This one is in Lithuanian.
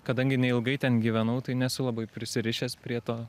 kadangi neilgai ten gyvenau tai nesu labai prisirišęs prie to